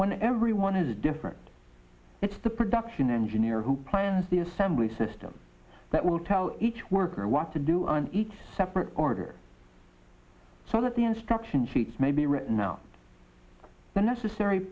when everyone is different it's the production engineer who plans the assembly system that will tell each worker what to do each separate order so that the instruction sheets may be written down when necessary